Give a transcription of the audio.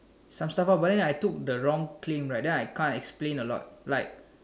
some stuff ah but then I took the wrong claim right then I can't explain a lot